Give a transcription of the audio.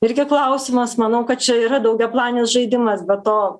irgi klausimas manau kad čia yra daugiaplanis žaidimas be to